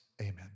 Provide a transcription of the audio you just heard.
Amen